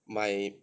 my